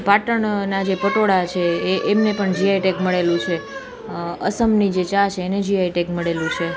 પાટણના જે પટોળા જે છે એ એમને પણ જીઆઈ ટેગ મળેલું છે આસમની જે ચા છે એને જીઆઈ ટેગ મળેલું છે